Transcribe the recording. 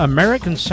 American